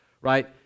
right